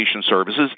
services